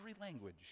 language